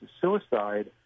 suicide